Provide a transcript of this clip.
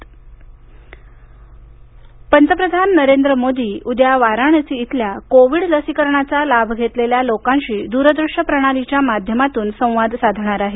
लसीकरण पंतप्रधान पंतप्रधान नरेंद्र मोदी उद्या वाराणशी इथल्या कोविड लसीकरणाचा लाभ घेतलेल्या लोकांशी दूरदृश्य प्रणालीच्या माध्यमातून संवाद साधणार आहेत